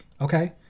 okay